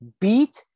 beat